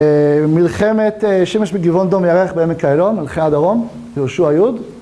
מלחמת שמש בגבעון דום ירח בעמק האלון על חי הדרום יהושוע יוד